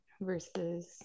versus